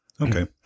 Okay